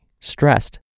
stressed